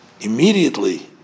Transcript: immediately